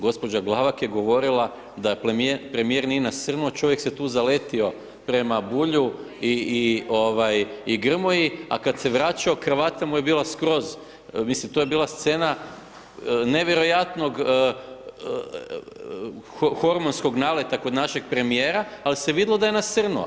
Gđa. Glavak je govorila da premijer nije nasrnuo, čovjek se tu zaletio prema Bulju i Grmoji, a kad se vraćao, kravata mu je bila skroz, mislim, to je bila scena nevjerojatnog hormonskog naleta kod našeg premijera, ali se vidjelo da je nasrnuo.